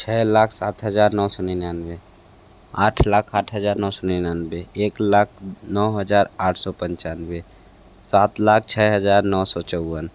छः लाख सात हज़ार नौ सौ निन्यानवे आठ लाख आठ हज़ार नौ सौ निन्यानवे एक लाख नौ हज़ार आठ सौ पंचानवे सात लाख छः हज़ार नौ सौ चौवन